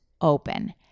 open